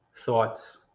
thoughts